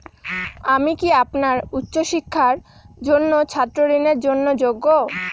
আমি কি আমার উচ্চ শিক্ষার জন্য ছাত্র ঋণের জন্য যোগ্য?